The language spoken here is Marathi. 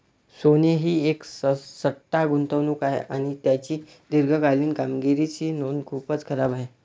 सोने ही एक सट्टा गुंतवणूक आहे आणि त्याची दीर्घकालीन कामगिरीची नोंद खूपच खराब आहे